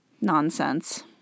Nonsense